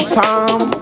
time